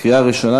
קריאה ראשונה,